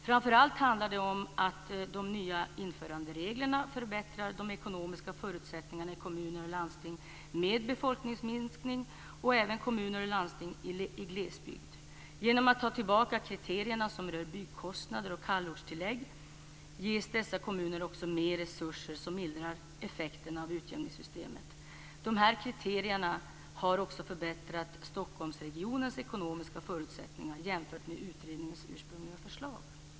Framför allt handlar det om att de nya införandereglerna förbättrar de ekonomiska förutsättningarna för kommuner och landsting med befolkningsminskning och även kommuner och landsting i glesbygd. Genom att ta tillbaka kriterierna som rör byggkostnader och kallortstillägg ges dessa kommuner också mer resurser som mildrar effekterna av utjämningssystemet. De här kriterierna har också förbättrat Stockholmsregionens ekonomiska förutsättningar jämfört med utredningens ursprungliga förslag.